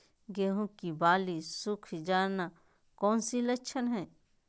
गेंहू की बाली सुख जाना कौन सी लक्षण है?